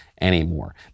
anymore